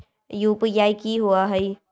UPI कि होअ हई?